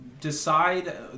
Decide